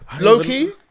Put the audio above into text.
Loki